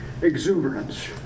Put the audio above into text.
exuberance